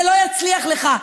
זה לא יצליח לך.